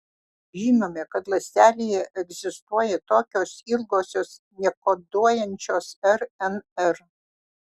žinome kad ląstelėje egzistuoja tokios ilgosios nekoduojančios rnr